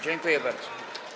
Dziękuję bardzo.